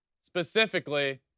specifically